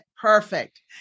Perfect